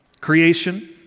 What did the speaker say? creation